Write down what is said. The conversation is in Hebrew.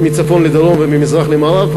מצפון לדרום וממזרח למערב,